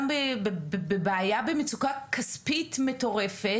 גם בבעיה ומצוקה כספית מטורפת.